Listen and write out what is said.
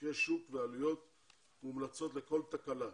סקרי שוק ועלויות מומלצות לכל תקלה.